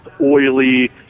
oily